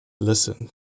Listen